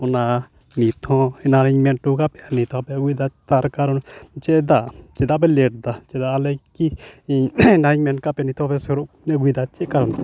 ᱚᱱᱟ ᱱᱤᱛ ᱦᱚᱸ ᱮᱱᱟᱱ ᱨᱤᱧ ᱢᱮᱱ ᱚᱴᱚ ᱟᱠᱟᱫ ᱯᱮᱭᱟ ᱱᱤᱛ ᱦᱚᱸ ᱵᱟᱯᱮ ᱟᱹᱜᱩᱭᱮᱫᱟ ᱛᱟᱨ ᱠᱟᱨᱚᱱ ᱪᱮᱫᱟᱜ ᱪᱮᱫᱟᱜ ᱯᱮ ᱞᱮᱹᱴ ᱫᱟ ᱟᱞᱮᱠᱤ ᱮᱱᱟᱝ ᱤᱧ ᱢᱮᱱ ᱟᱠᱟᱫ ᱯᱮᱭᱟ ᱱᱤᱛ ᱦᱚᱸ ᱵᱟᱯᱮ ᱥᱳᱨᱳ ᱟᱹᱜᱩᱭ ᱫᱟ ᱪᱮᱫ ᱠᱟᱨᱚᱱ ᱛᱮ